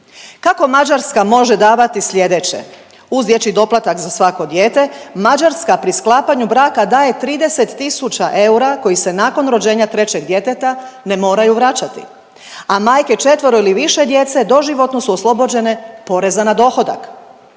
Kako Mađarska može davati slijedeće? Uz dječji doplatak za svako dijete Mađarska pri sklapanju braka daje 30 tisuća eura koji se nakon rođenja trećeg djeteta ne moraju vraćati, a majke četvero ili više djece doživotno su oslobođene poreza na dohodak.